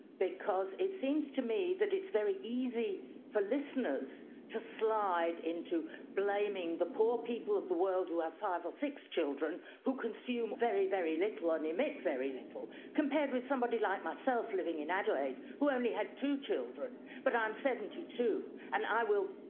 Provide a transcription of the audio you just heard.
because it seems to me that it's very easy for listeners to slide into blaming the poor people of the world who have five or six children who consume very, very little ah and emit very little compared with somebody like myself living in adelaide who only had two children but i'm seventy two and i will,